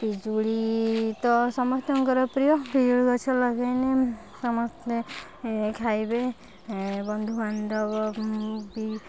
ପିଜୁଳି ତ ସମସ୍ତଙ୍କର ପ୍ରିୟ ପିଜୁଳି ଗଛ ଲଗାଇଲେ ସମସ୍ତେ ଖାଇବେ ବନ୍ଧୁବାନ୍ଧବ ବି